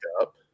up